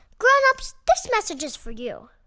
grown-ups, this message is for you